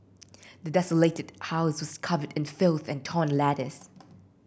the desolated house was covered in filth and torn letters